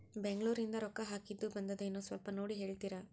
ಬೆಂಗ್ಳೂರಿಂದ ರೊಕ್ಕ ಹಾಕ್ಕಿದ್ದು ಬಂದದೇನೊ ಸ್ವಲ್ಪ ನೋಡಿ ಹೇಳ್ತೇರ?